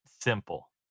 simple